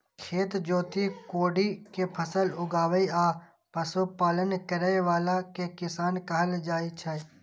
खेत जोति कोड़ि कें फसल उगाबै आ पशुपालन करै बला कें किसान कहल जाइ छै